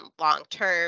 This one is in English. long-term